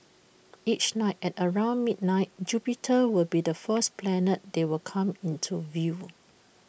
each night at around midnight Jupiter will be the first planet they will come into view